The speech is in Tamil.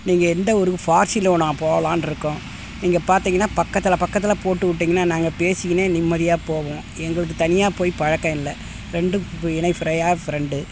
நீங்கள் எந்த ஊருக்கு ஃபார்சிலோனா போகலான்ட்ருக்கோம் நீங்கள் பார்த்தீங்கனா பக்கத்தில் பக்கத்தில் போட்டு விட்டிங்கனா நாங்கள் பேசிக்கின்னே நிம்மதியா போவோம் எங்களுக்கு தனியாக போய் பழக்கம் இல்லை ரெண்டும் இணைபிரியா ஃப்ரெண்டு